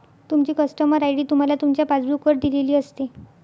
तुमची customer ID तुम्हाला तुमच्या पासबुक वर दिलेली असते